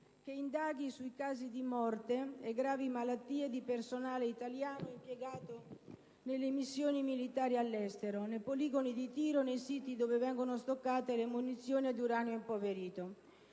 che indaghi sui casi di morte e gravi malattie di personale italiano impiegato nelle missioni militari all'estero, nei poligoni di tiro e nei siti dove vengono stoccate munizioni ad uranio impoverito.